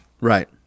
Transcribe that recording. right